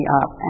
up